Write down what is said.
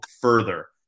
further